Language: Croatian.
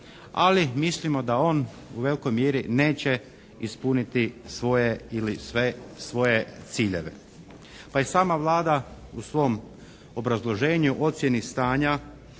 ali mislimo da on u velikoj mjeri neće ispuniti svoje ili sve svoje ciljeve. Pa i sama Vlada u svom obrazloženju o ocjeni stanja